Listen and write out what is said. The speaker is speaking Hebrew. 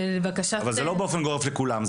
זה לא באופן גורף לכולם.